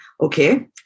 Okay